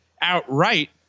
outright